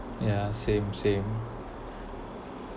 yeah same same